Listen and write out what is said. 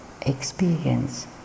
experience